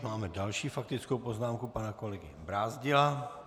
Máme další faktickou poznámku pana kolegy Brázdila.